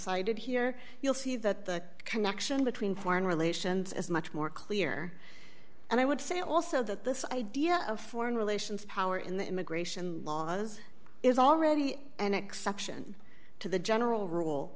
cited here you'll see that the connection between foreign relations is much more clear and i would say also that this idea of foreign relations power in the immigration laws is already an exception to the general rule